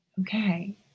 Okay